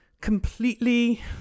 completely